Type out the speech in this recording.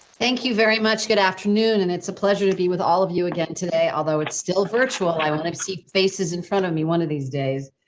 thank you very much. good afternoon and it's a pleasure to be with all of you again today, although it's still virtual. i want to see faces in front of me one of these days.